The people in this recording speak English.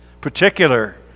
particular